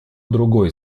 другой